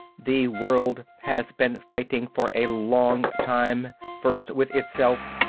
the world has been fighting for a long time, first with itself,